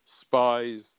spies